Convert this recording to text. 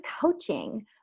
coaching